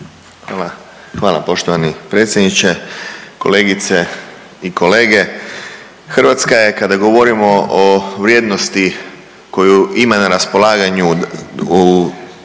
Hvala poštovani predsjedniče, kolegice i kolege. Hrvatska je, kada govorimo o vrijednosti koju ima na raspolaganju u